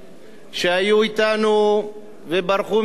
שהיו אתנו וברחו מאתנו,